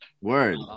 Word